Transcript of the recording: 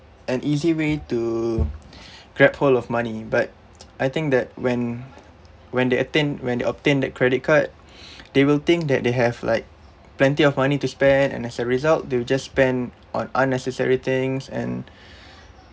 an easy way to grab hold of money but I think that when when they obtain when they obtain that credit card they will think that they have like plenty of money to spare and as a result they will just spent on unnecessary things and